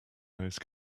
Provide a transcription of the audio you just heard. those